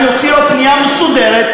אני אוציא לו פנייה מסודרת,